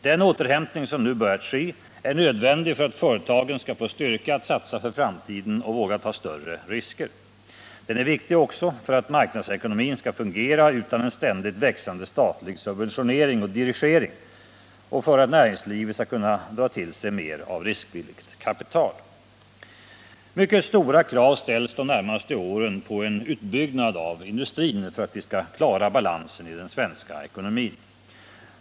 Den återhämtning som nu börjat ske är nödvändig för att företagen skall få styrka att satsa för framtiden och våga ta större risker. Den är viktig också för att marknadsekonomin skall fungera utan en ständigt växande statlig subventionering och dirigering och för att näringslivet skall kunna dra till sig mer av riskvilligt kapital. Mycket stora krav ställs de närmaste åren på en utbyggnad av industrin för att vi skall klara balansen i den svenska ekonomin.